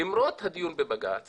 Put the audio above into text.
למרות הדיון בבג"צ